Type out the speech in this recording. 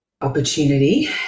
opportunity